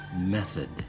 method